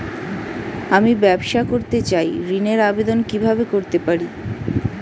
আমি ব্যবসা করতে চাই ঋণের আবেদন কিভাবে করতে পারি?